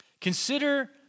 Consider